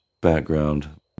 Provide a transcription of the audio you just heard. Background